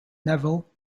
neville